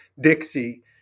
Dixie